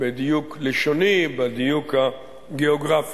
בדיוק לשוני, בדיוק הגיאוגרפי.